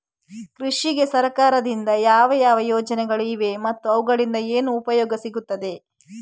ಕೃಷಿಗೆ ಸರಕಾರದಿಂದ ಯಾವ ಯಾವ ಯೋಜನೆಗಳು ಇವೆ ಮತ್ತು ಅವುಗಳಿಂದ ಏನು ಉಪಯೋಗ ಸಿಗುತ್ತದೆ?